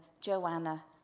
Joanna